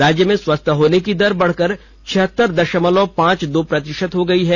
राज्य में स्वस्थ होने की दर बढ़कर छिहतर दशमलव पांच दो प्रतिशत हो गई है